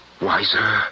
wiser